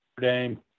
Dame